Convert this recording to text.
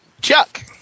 Chuck